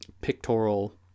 pictorial